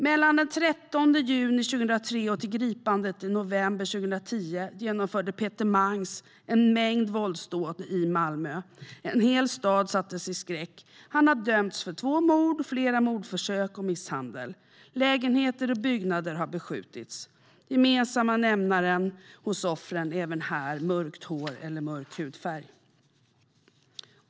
Från den 13 juni 2003 och fram till gripandet i november 2010 genomförde Peter Mangs en mängd våldsdåd i Malmö. En hel stad sattes i skräck. Han har dömts för två mord, flera mordförsök och misshandel. Lägenheter och byggnader har beskjutits. Den gemensamma nämnaren hos offren är även här mörkt hår eller mörk hudfärg.